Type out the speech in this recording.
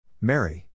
Mary